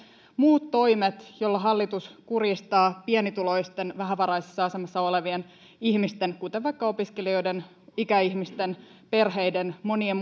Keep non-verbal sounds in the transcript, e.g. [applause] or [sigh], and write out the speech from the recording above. muut toimet joilla hallitus kuristaa pienituloisten vähävaraisessa asemassa olevien ihmisten kuten vaikka opiskelijoiden ikäihmisten perheiden monien [unintelligible]